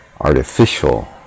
artificial